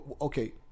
Okay